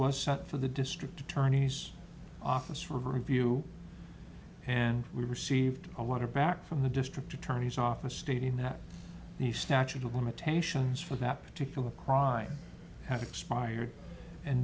was for the district attorney's office for review and we received a letter back from the district attorney's office stating that the statute of limitations for that particular crime had expired and